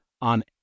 on